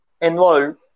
involved